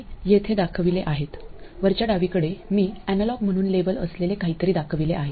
ते येथे दाखविले आहेत वरच्या डावीकडे मी अॅनालॉग म्हणून लेबल असलेले काहीतरी दाखविले आहे